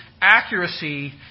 accuracy